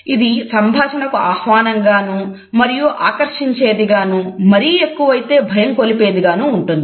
ఇది సంభాషణకు ఆహ్వానంగానూ మరియు ఆకర్షించేదిగాను మరీ ఎక్కువైతే భయంకొలిపేదిగాను ఉంటుంది